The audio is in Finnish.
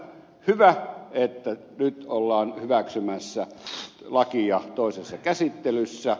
hyvä että nyt ollaan hyväksymässä lakia toisessa käsittelyssä